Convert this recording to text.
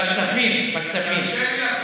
בכספים, בכספים.